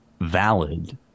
valid